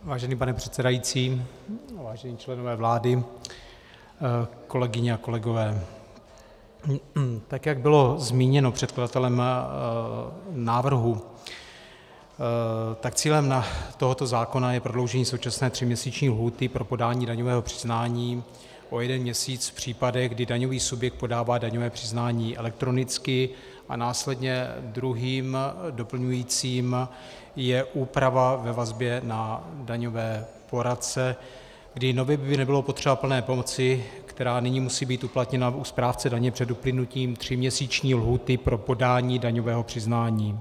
Vážený pane předsedající, vážení členové vlády, kolegyně a kolegové, tak jak bylo zmíněno předkladatelem návrhu, cílem tohoto zákona je prodloužení současné tříměsíční lhůty pro podání daňového přiznání o jeden měsíc v případech, kdy daňový subjekt podává daňové přiznání elektronicky, a následně druhým, doplňujícím, je úprava ve vazbě na daňové poradce, kdy nově by nebylo potřeba plné moci, která nyní musí být uplatněna u správce daně před uplynutím tříměsíční lhůty pro podání daňového přiznání.